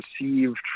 received